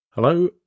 Hello